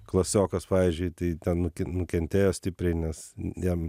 klasiokas pavyzdžiui tai ten nukentėjo stipriai nes jam